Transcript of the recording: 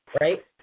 right